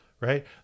right